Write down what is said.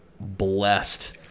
blessed